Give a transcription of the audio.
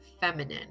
feminine